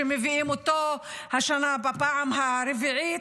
שמביאים השנה בפעם הרביעית,